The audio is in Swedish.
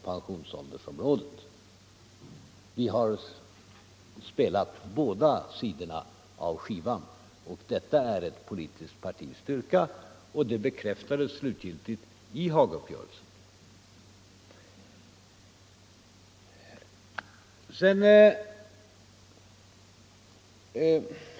Vi har spelat båda sidorna av skivan. Det är ett politiskt partis styrka, och det bekräftades slutgiltigt i Hagauppgörelsen.